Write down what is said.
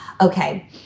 Okay